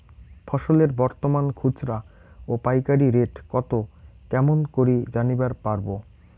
ফসলের বর্তমান খুচরা ও পাইকারি রেট কতো কেমন করি জানিবার পারবো?